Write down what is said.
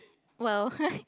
well